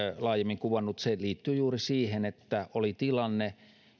laajemmin kuvannut se liittyy juuri siihen että oli tilanne